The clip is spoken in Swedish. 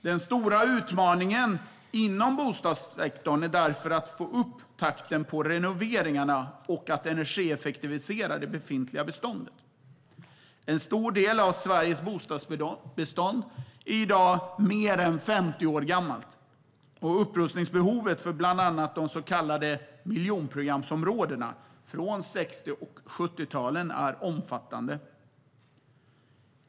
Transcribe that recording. Den stora utmaningen inom bostadssektorn är därför att få upp takten på renoveringarna och att energieffektivisera det befintliga beståndet. En stor del av Sveriges bostadsbestånd är i dag mer än 50 år gammalt, och upprustningsbehovet för bland annat de så kallade miljonprogramsområdena från 60 och 70-talen är omfattande.